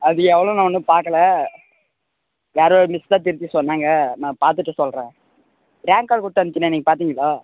அது எவ்வளோ நான் இன்னும் பாக்கலை யாரோ மிஸ் தான் திருத்தி சொன்னாங்க நான் பார்த்துட்டு சொல்கிறேன் ரேங்க் கார்ட் கொடுத்தனுப்ச்சேனே நீங்கள் பார்த்தீங்களா